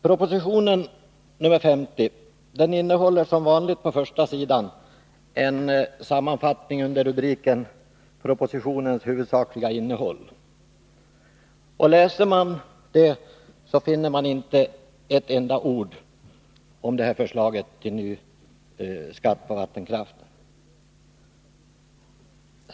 Proposition 50 innehåller på första sidan som vanligt en sammanfattning under rubriken Propositionens huvudsakliga innehåll. Om man läser den finner man inte ett enda ord om detta förslag till ny skatt på vattenkraft.